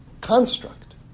construct